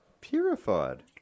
Purified